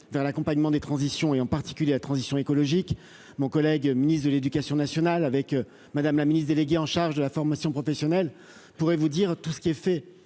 vers l'accompagnement des transitions et en particulier la transition écologique mon collègue ministre de l'Éducation nationale avec madame la ministre déléguée en charge de la formation professionnelle pourrait vous dire tout ce qui est fait